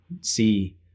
see